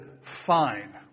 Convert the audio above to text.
Fine